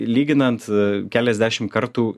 lyginant keliasdešim kartų